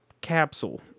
capsule